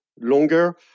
longer